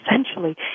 essentially